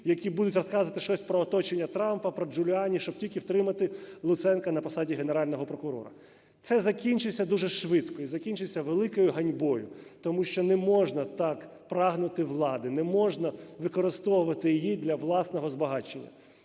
які будуть розказувати щось про оточення Трампа, про Джуліані, щоб тільки втримати Луценка на посаді Генерального прокурора. Це закінчиться дуже швидко, і закінчиться великою ганьбою, тому що не можна так прагнути влади, не можна використовувати її для власного збагачення.